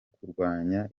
kurwanya